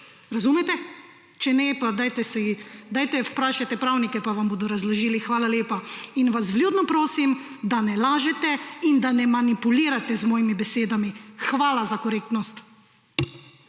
Razumete? Če ne, pa dajte vprašati pravnike, pa vam bodo razložili. Hvala lepa. In vas vljudno prosim, da ne lažete in da ne manipulirate z mojimi besedami. Hvala za korektnost.